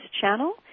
channel